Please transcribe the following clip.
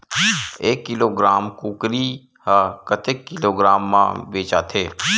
एक किलोग्राम कुकरी ह कतेक किलोग्राम म बेचाथे?